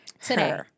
today